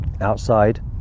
outside